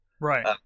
Right